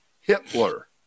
Hitler